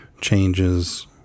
changes